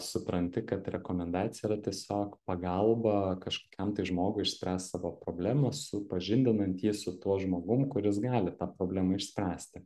supranti kad rekomendacija yra tiesiog pagalba kažkokiam tai žmogui išspręst savo problemą supažindinant jį su tuo žmogum kuris gali tą problemą išspręsti